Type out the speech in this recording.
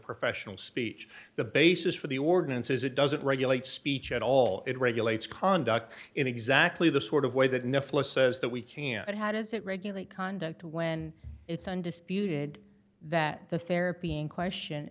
professional speech the basis for the ordinance is it doesn't regulate speech at all it regulates conduct in exactly the sort of way that netflix says that we can and how does it regulate conduct when it's undisputed that the therapy in question